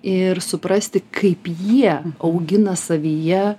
ir suprasti kaip jie augina savyje